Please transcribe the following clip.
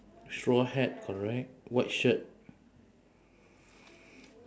straw hat correct white shirt